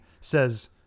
says